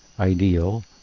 ideal